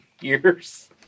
years